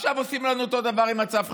עכשיו עושים לנו אותו דבר עם מצב חירום.